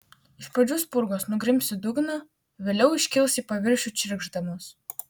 iš pradžių spurgos nugrims į dugną vėliau iškils į paviršių čirkšdamos